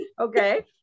Okay